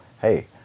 hey